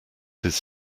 his